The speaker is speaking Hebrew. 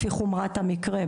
לפי חומרת המקרה.